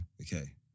Okay